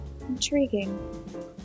Intriguing